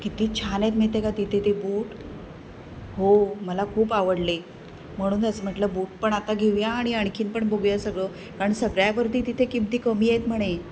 किती छान आहेत माहीत आहे का तिथे ते बूट हो मला खूप आवडले म्हणूनच म्हटलं बूट पण आता घेऊया आणि आणखीन पण बघूया सगळं कारण सगळ्यावरती तिथे किंमती कमी आहेत म्हणे